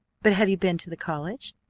but have you been to the college?